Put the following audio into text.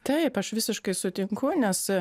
taip aš visiškai sutinku nes